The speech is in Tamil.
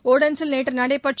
ஒடன்சில் நேற்று நடைபெற்ற